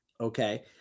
Okay